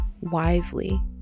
wisely